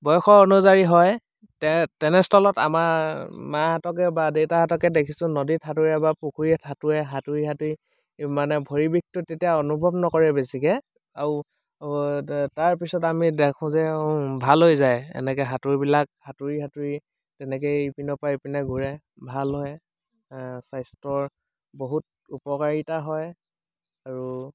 বয়সৰ অনুযায়ী হয় তে তেনেস্থলত আমাৰ মাহঁতকে বা দেতাহঁতকে দেখিছোঁ নদী সাঁতোৰে বা পুখুৰীত সাঁতোৰে সাঁতুৰি সাঁতুৰি মানে ভৰি বিষটো তেতিয়া অনুভৱ নকৰে বেছিকৈ আৰু তাৰপিছত আমি দেখোঁ যে ভাল হৈ যায় এনেকৈ সাঁতুৰবিলাক সাঁতুৰি সাঁতুৰি তেনেকৈ ইপিনৰ পা ইপিনে ঘূৰে ভাল হয় স্বাস্থ্যৰ বহুত উপকাৰিতা হয় আৰু